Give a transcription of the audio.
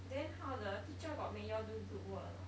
then how the teacher got make you all do group work or not